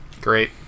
great